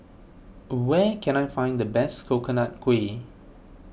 where can I find the best Coconut Kuih